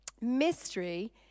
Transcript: Mystery